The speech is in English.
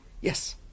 yes